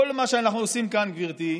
כל מה שאנחנו עושים כאן, גברתי,